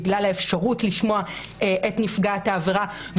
בגלל האפשרות לשמוע את נפגעת העבירה,